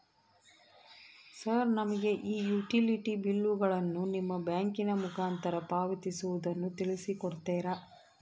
Sir ನಮಗೆ ಈ utility ಬಿಲ್ಲುಗಳನ್ನು ನಿಮ್ಮ ಬ್ಯಾಂಕಿನ ಮುಖಾಂತರ ಪಾವತಿಸುವುದನ್ನು ತಿಳಿಸಿ ಕೊಡ್ತೇರಾ?